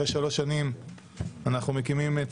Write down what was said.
לאחר שלוש שנים אנחנו מקימים את